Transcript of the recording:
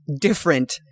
different